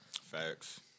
Facts